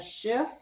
shift